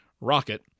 Rocket